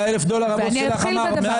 100,000 דולר הבוס שלך אמר?